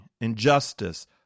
injustice